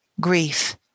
grief